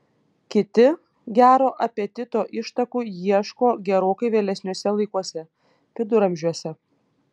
kiti gero apetito ištakų ieško gerokai vėlesniuose laikuose viduramžiuose